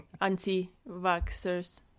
anti-vaxxers